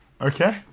Okay